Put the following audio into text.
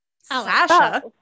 Sasha